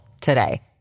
today